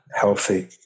healthy